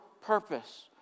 purpose